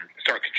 start